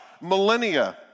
millennia